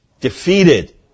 defeated